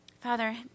Father